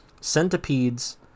Centipedes